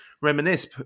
reminisce